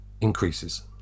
increases